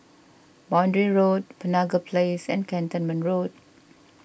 Boundary Road Penaga Place and Cantonment Road